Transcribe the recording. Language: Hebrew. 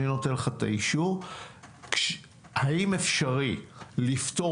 אני נותן לך את האישור; האם אפשרי לפתור